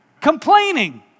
complaining